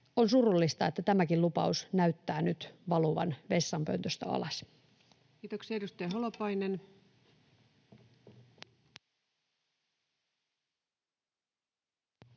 On surullista, että tämäkin lupaus näyttää nyt valuvan vessanpöntöstä alas. Kiitoksia. — Edustaja Holopainen. Arvoisa